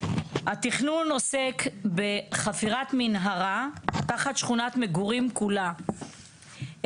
התכנון עוסק בחפירת מנהרה תחת שכונת מגורים כולה,